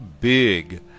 big